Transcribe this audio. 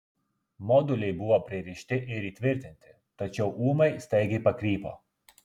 moduliai buvo pririšti ir įtvirtinti tačiau ūmai staigiai pakrypo